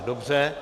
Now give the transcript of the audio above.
Dobře.